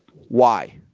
why